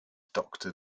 doctor